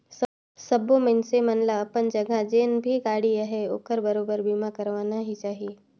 सबो मइनसे मन ल अपन जघा जेन भी गाड़ी अहे ओखर बरोबर बीमा करवाना ही चाही